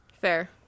Fair